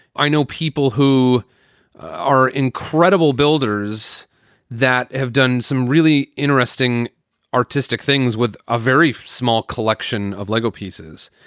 i know people who are incredible builders that have done some really interesting artistic things with a very small collection of lego pieces.